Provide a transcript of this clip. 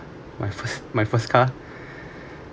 my first my first car